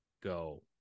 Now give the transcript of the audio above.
go